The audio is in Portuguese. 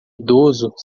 idoso